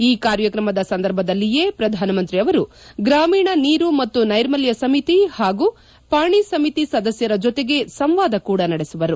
ಈ ಕಾರ್ಯಕ್ರಮದ ಸಂದರ್ಭದಲ್ಲಿಯೇ ಪ್ರಧಾನಮಂತ್ರಿ ಅವರು ಗ್ರಾಮೀಣ ನೀರು ಮತ್ತು ನೈರ್ಮಲ್ತ ಸಮಿತಿ ಮತ್ತು ಪಾಣಿ ಸಮಿತಿ ಸದಸ್ನರ ಜೊತೆಗೆ ಸಂವಾದ ಕೂಡ ನಡೆಸುವರು